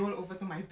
okay